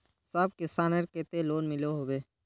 सब किसानेर केते लोन मिलोहो होबे?